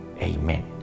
Amen